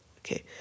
Okay